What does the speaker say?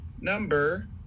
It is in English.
number